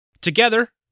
Together